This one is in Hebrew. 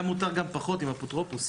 היה מותר גם פחות עם אפוטרופוס.